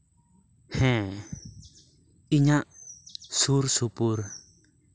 ᱦᱮᱸ ᱤᱧᱟᱹᱜ ᱥᱩᱨ ᱥᱩᱯᱩᱨ